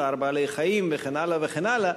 צער בעלי-חיים וכן הלאה וכן הלאה,